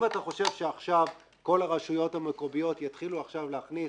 אם אתה חושב שעכשיו כל הרשויות המקומיות יתחילו להכניס